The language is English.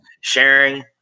sharing